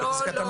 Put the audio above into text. לא.